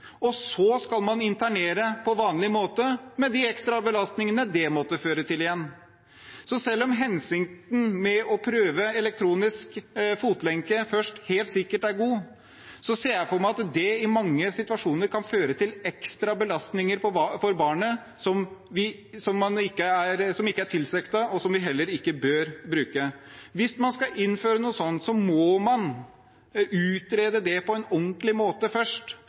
og så skal man internere på vanlig måte, med de ekstra belastningene det igjen måtte føre til. Selv om hensikten med å prøve elektronisk fotlenke først helt sikkert er god, ser jeg for meg at det i mange situasjoner kan føre til ekstra belastninger – som ikke er tilsiktet – for barna, og det er noe vi ikke bør bruke. Hvis man skal innføre noe slikt, må man utrede det på en ordentlig måte først.